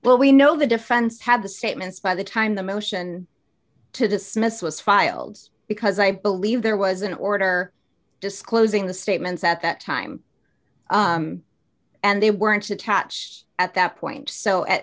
but we know the defense had the statements by the time the motion to dismiss was filed because i believe there was an order disclosing the statements at that time and they weren't attached at that point so at